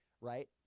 right